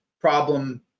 problem